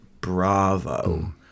Bravo